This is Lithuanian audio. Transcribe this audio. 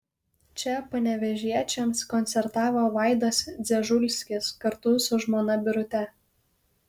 čia panevėžiečiams koncertavo vaidas dzežulskis kartu su žmona birute